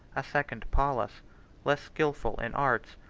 a second pallas less skilful in arts,